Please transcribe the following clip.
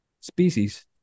species